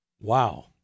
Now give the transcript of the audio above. Wow